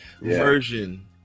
version